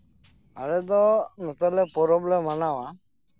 ᱟᱞᱮ ᱫᱚ ᱱᱚᱛᱮ ᱞᱮ ᱯᱚᱨᱚᱵᱽ ᱞᱮ ᱢᱟᱱᱟᱣᱟ